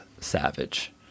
savage